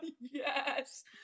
Yes